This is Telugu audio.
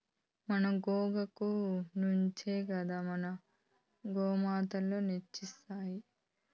మన గోగాకు నుంచే కదా ఈ గోతాములొచ్చినాయి